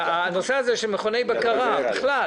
הנושא הזה של מכוני בקרה בכלל.